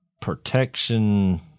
protection